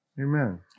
Amen